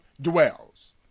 dwells